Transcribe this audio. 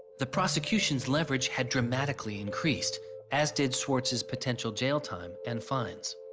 the prosecution leverage had dramatically increased as did swartz's potential jail time and fines.